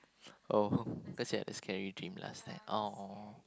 oh cause you had a scary dream last night oh